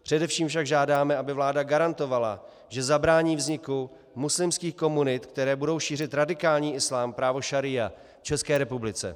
Především však žádáme, aby vláda garantovala, že zabrání vzniku muslimských komunit, které budou šířit radikální islám, právo šaría v České republice.